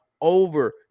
over